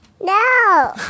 No